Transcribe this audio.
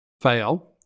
fail